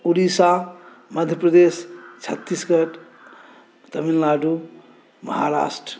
Orissa Madhya Pradesh Chhattisgarh Tamil Nadu Maharashtra